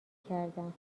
کردم